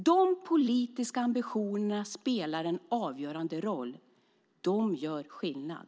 De politiska ambitionerna spelar en avgörande roll. De gör skillnad.